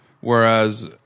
Whereas